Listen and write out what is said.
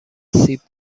سیب